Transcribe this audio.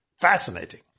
Fascinating